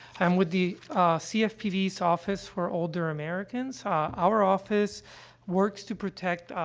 i'm with the, ah cfpb's office for older americans. ah, our office works to protect, ah,